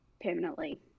permanently